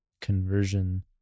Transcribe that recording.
conversion